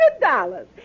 dollars